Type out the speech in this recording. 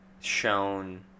shown